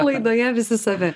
laidoje visi savi